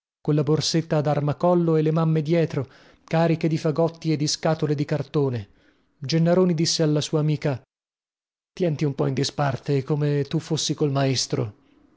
seconda colla borsetta ad armacollo e le mamme dietro cariche di fagotti e di scatole di cartone gennaroni disse alla sua amica tienti un po in disparte come tu fossi col maestro